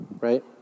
right